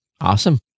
Awesome